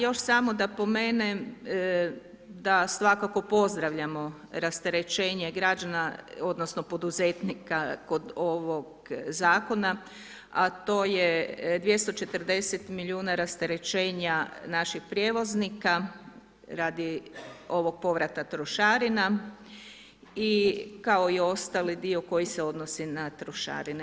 još samo da pomenem da svakako pozdravljamo rasterećenje građana odnosno poduzetnika kod ovog Zakona, a to je 240 milijuna rasterećenja naših prijevoznika radi ovog povrata trošarina i kao i ostali dio koji se odnosi na trošarine.